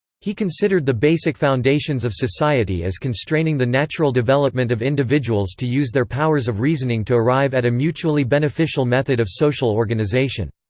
he considered the basic foundations of society as constraining the natural development of individuals to use their powers of reasoning to arrive at a mutually beneficial method of social organisation.